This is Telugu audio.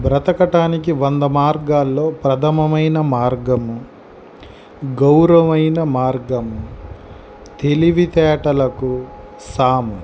బ్రతకటానికి వంద మార్గాల్లో ప్రథమమైన మార్గము గౌరవవైన మార్గము తెలివితేటలకు సాము